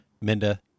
Minda